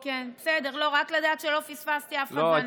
בסדר, רק לדעת שלא פספסתי אף אחד.